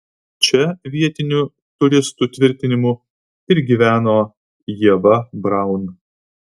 čia vietinių turistų tvirtinimu ir gyveno ieva braun